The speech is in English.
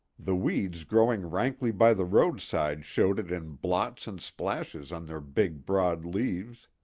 the weeds growing rankly by the roadside showed it in blots and splashes on their big, broad leaves.